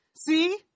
See